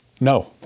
no